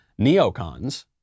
neocons